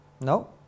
No